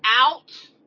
out